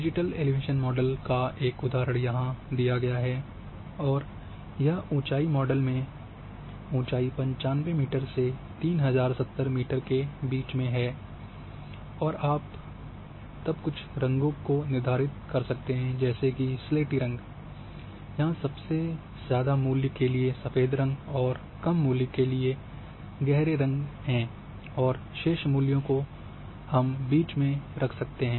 digital elevation model का एक उदाहरण यहां दिया गया है और इस मॉडल में ऊँचाई 95 मीटर से 3070 मीटर के बीच में है और आप तब कुछ रंगों को निर्धारित कर सकते हैं जैसे स्लेटी रंग यहां सबसे ज़्यादा मूल्य के लिए सफेद रंग और कम मूल्य के लिए के लिए गहरे रंग हैं और शेष मूल्यों को बीच में रख सकते हैं